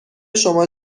شما